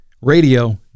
Radio